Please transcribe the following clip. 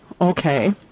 Okay